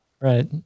right